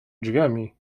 drzwiami